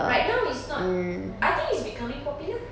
right now it's not I think it's becoming popular